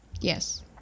Yes